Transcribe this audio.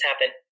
happen